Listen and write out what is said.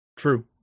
true